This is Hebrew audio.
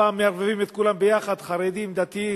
הפעם מערבבים את כולם ביחד, חרדים, דתיים.